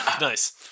Nice